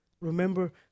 Remember